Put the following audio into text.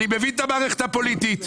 אני מבין את המערכת הפוליטית,